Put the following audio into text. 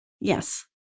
Yes